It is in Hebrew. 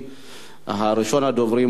דצמבר 2010,